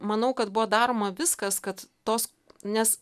manau kad buvo daroma viskas kad tos nes